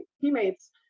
teammates